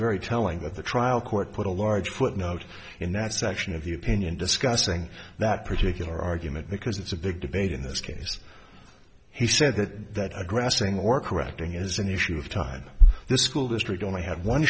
very telling that the trial court put a large footnote in that section of the opinion discussing that particular argument because it's a big debate in this case he said that aggressing work correcting is an issue of time the school district only had one